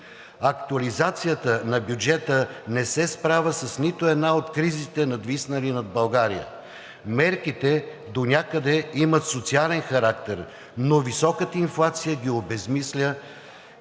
Актуализацията на бюджета не се справя с нито една от кризите, надвиснали над България. Мерките донякъде имат социален характер, но високата инфлация обезсмисля